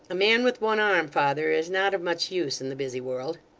a man with one arm, father, is not of much use in the busy world